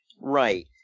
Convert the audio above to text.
Right